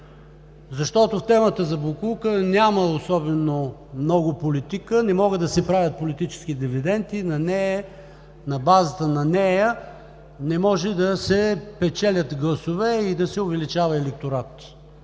Защото в темата за боклука няма особено много политика – не могат да се правят политически дивиденти, на базата на нея не може и да се печелят гласове и да се увеличава електорат,